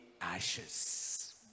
ashes